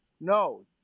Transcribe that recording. no